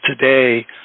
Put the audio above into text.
today